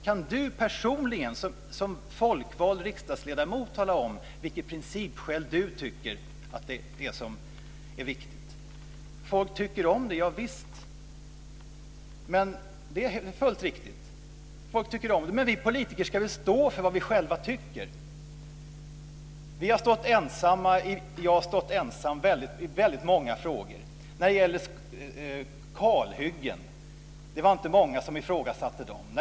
Kan hon personligen som folkvald riksdagsledamot tala om vilket principskäl hon tycker är viktigt? Visst är det så att folk tycker om det. Det är fullt riktigt. Folk tycker om det, men vi politiker ska väl stå för vad vi själva tycker. Jag har stått ensam i väldigt många frågor, t.ex. när det gäller kalhyggen. Det var inte många som ifrågasatte dem.